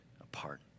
apart